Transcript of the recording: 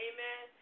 Amen